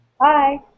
Hi